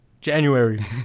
January